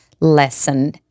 Lesson